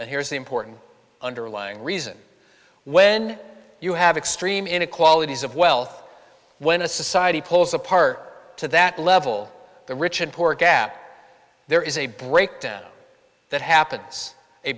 here is the important underlying reason when you have extreme inequalities of wealth when a society pulls apart to that level the rich and poor gap there is a breakdown that happens a